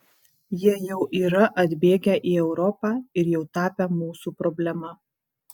jie jau yra atbėgę į europą ir jau tapę mūsų problema